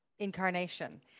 incarnation